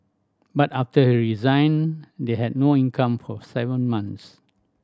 but after he resigned they had no income for seven months